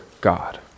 God